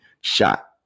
shot